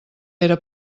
pere